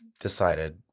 decided